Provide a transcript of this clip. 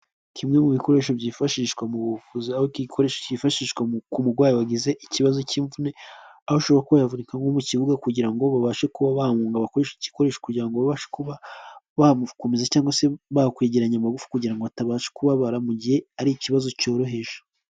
Kimwe mu bikoresho byifashishwa muvuzi aho iki gikoresho kifashishwa ku murwayi wagize ikibazo k'imvune, aho ashoboye kuba yavunika mu kibuga, kugira ngo babashe kuba bamwunga, bakoresha iki gikoresho kugirango ngo babashe kuba bakomeza cyangwa se bakwegeranya amagufu kugira ngo batabasha kubabara mu gihe ari ikibazo cyoroheje.